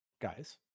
Guys